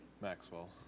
Maxwell